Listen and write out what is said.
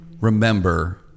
remember